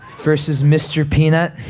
versus mr. peanut.